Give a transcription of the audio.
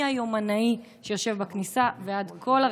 מהיומנאי שיושב בכניסה ועד כל הרצף,